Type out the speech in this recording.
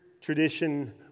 tradition